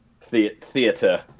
theater